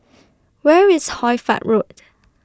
Where IS Hoy Fatt Road